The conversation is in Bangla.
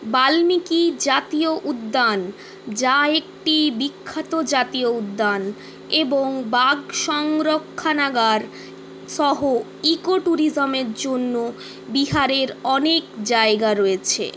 বাল্মীকি জাতীয় উদ্যান যা একটি বিখ্যাত জাতীয় উদ্যান এবং বাঘ সংরক্ষণাগার সহ ইকো ট্যুরিজমের জন্য বিহারে অনেক জায়গা রয়েছে